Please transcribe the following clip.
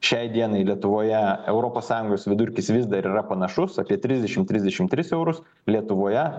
šiai dienai lietuvoje europos sąjungos vidurkis vis dar yra panašus apie trisdešim trisdešim tris eurus lietuvoje